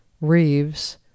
Reeves